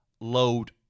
load